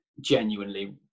Genuinely